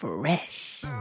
Fresh